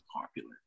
popular